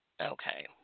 Okay